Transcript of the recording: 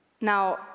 Now